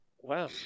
wow